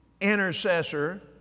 intercessor